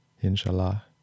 inshallah